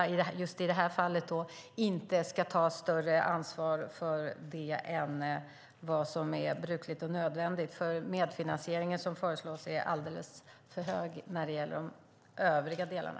I just det här fallet ska Järfälla inte ta större ansvar än vad som är brukligt och nödvändigt. Den medfinansiering som föreslås är alldeles för hög i de övriga delarna.